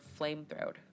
flamethrowed